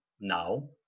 now